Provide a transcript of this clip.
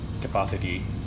capacity